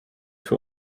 für